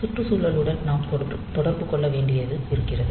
சுற்றுச்சூழலுடன் நாம் தொடர்பு கொள்ள வேண்டியதும் இருக்கிறது